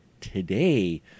today